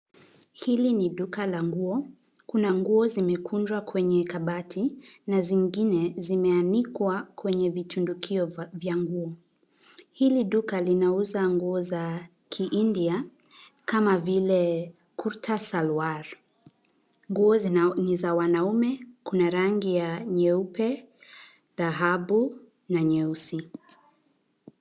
Hili ni duka la nguo, kuna nguo zimekunjwa kwenye kabati na zingine zimeanikwa kwenye vitundukio vya nguo. Hili duka linauza nguo za kihindia kama vile kutasalwar . Nguo ni za wanaume, kuna rangi ya nyeupe, dhahabu na nyeusi.